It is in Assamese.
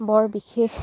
বৰ বিশেষ